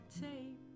tape